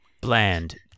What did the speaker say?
bland